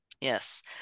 Yes